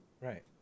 Right